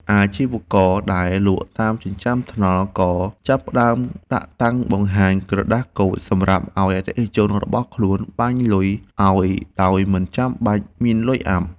អាជីវករដែលលក់តាមចិញ្ចើមថ្នល់ក៏ចាប់ផ្តើមដាក់តាំងបង្ហាញក្រដាសកូដសម្រាប់ឱ្យអតិថិជនរបស់ខ្លួនបាញ់លុយអោយដោយមិនចាំបាច់មានលុយអាប់។